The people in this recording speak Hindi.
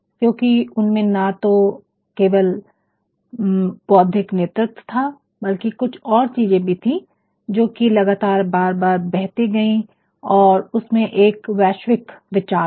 क्योंकि उनमें ना तो केवल बौद्धिक नेतृत्व था बल्कि कुछ और चीजें भी थी जोकि लगातार बार बार बहती गई और उसमें एक वैश्विक विचार था